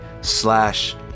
slash